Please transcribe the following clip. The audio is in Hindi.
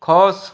ख़ुश